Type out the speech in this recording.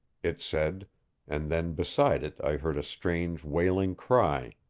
it said and then beside it i heard a strange wailing cry.